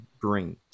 bring